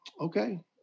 okay